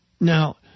Now